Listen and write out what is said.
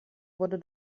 wurde